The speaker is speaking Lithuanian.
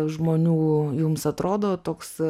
žmonių jums atrodo toks